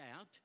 out